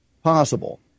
possible